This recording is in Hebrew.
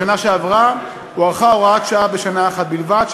בשנה שעברה הוארכה הוראת השעה בשנה אחת בלבד,